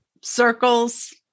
circles